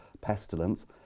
pestilence